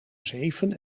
zeven